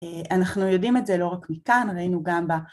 אנחנו יודעים את זה לא רק מכאן, ראינו גם ב...